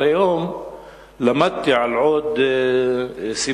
אבל היום למדתי על עוד סיבה